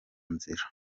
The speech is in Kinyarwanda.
nzira